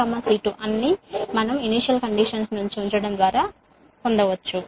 C1 C2 అన్నీ మనం మొదటి నుంచి ఉన్న కండీషన్ ను ఉంచడం ద్వారా పొందవచ్చు